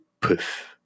poof